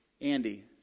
Andy